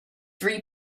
three